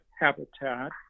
habitat